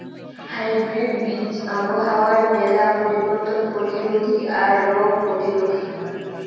hybrid বীজ আবহাওয়ার মেলা পরিবর্তন প্রতিরোধী আর রোগ প্রতিরোধী